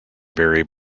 vary